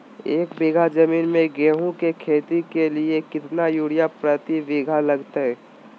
एक बिघा जमीन में गेहूं के खेती के लिए कितना यूरिया प्रति बीघा लगतय?